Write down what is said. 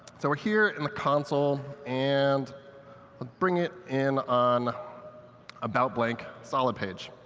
so we're here in the console, and i'll bring it in on about blank, solid page.